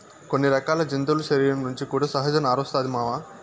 కొన్ని రకాల జంతువుల శరీరం నుంచి కూడా సహజ నారొస్తాది మామ